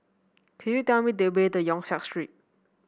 could you tell me the way to Yong Siak Street